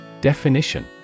Definition